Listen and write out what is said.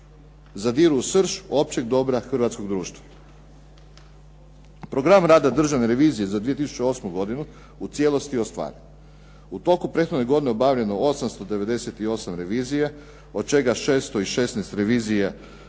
zadiru u srž općeg dobra hrvatskog društva. Program rada državne revizije za 2008. godinu u cijelosti je ostvaren. U toku prethodne godine obavljeno je 898 revizija, od čega 616 revizija financijskih